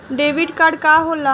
Debit card का होला?